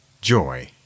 joy